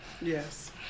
Yes